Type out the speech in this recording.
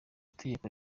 itegeko